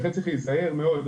לכן צריך להיזהר מאוד.